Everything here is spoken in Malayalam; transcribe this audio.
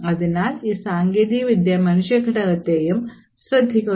അതിനാൽ ഈ സാങ്കേതികത വിദ്യ മനുഷ്യ ഘടകത്തെയും ശ്രദ്ധിക്കുന്നു